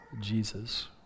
Jesus